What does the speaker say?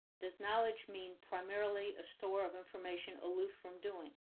does knowledge mean primarily a store of information aloof from doing.